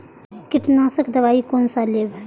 कीट नाशक दवाई कोन सा लेब?